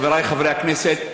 חבריי חברי הכנסת,